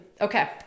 Okay